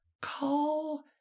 call